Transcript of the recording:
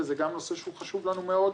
וזה גם נושא שהוא חשוב לנו מאוד,